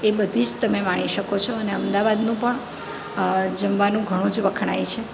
એ બધી જ તમે માણી શકો છો અને અમદાવાદનું પણ જમવાનું ઘણું જ વખણાય છે